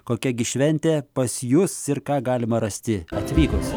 kokia gi šventė pas jus ir ką galima rasti atvykus